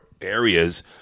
areas